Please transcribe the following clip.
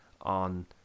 on